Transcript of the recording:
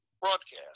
broadcast